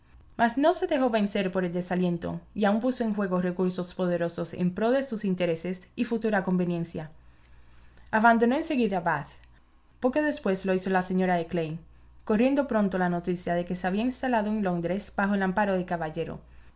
mas no se dejó vencer por el desaliento y aun puso en juego recursos poderosos en pro de sus intereses y futura conveniencia abandonó en seguida bath poco después lo hizo la señora de clay corriendo pronto la noticia de que se había instalado en londres bajo el amparo del caballero